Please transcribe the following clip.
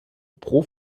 pro